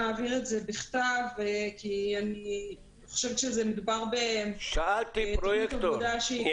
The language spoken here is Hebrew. נעביר אותם בכתב כי מדובר בתוכנית עבודה שהיא